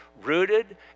rooted